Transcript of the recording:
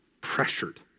pressured